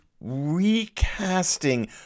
recasting